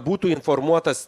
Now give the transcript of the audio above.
būtų informuotas